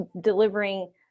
delivering